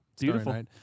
Beautiful